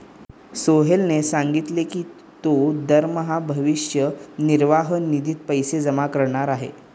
सोहेलने सांगितले की तो दरमहा भविष्य निर्वाह निधीत पैसे जमा करणार आहे